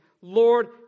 Lord